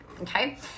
okay